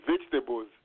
vegetables